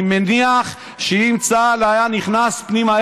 אני מניח שאם צה"ל היה נכנס פנימה,